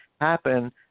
happen